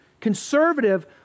conservative